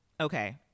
okay